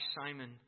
Simon